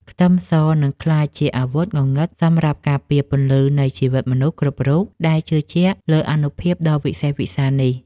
ខ្ទឹមសនឹងក្លាយជាអាវុធងងឹតសម្រាប់ការពារពន្លឺនៃជីវិតមនុស្សគ្រប់រូបដែលជឿជាក់លើអានុភាពដ៏វិសេសវិសាលនេះ។